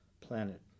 planet